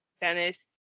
Dennis